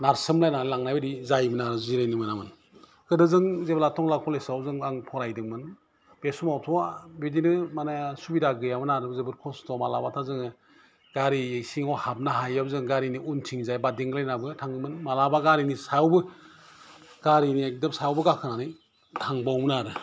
नारसोमलायनानै लांयनाय बायदि जायोमोन जिरायनो मोनामोन गोदो जों जेब्ला थंग्ला कलेजआव जों आं फरायदोंमोन बे समावथ' बिदिनो मानि सुबिदा गैयामोन आरो जोबोद खस्थ मालाबाथ जोङो गारि सिङाव हाबनो हायिआव जोङो गारिरिनि उनथिजाय बादिंग्लायनानैबो थाङोमोन मालाबा गारिनि सायावनो गारिनि एदम सायावनो गाखोनानै थांबावोमोन आरो